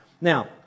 Now